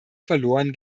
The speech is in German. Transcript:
verloren